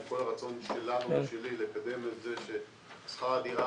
עם כל הרצון שלנו ושלי לקדם את הפחתת שכר הדירה,